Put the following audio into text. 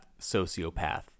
sociopath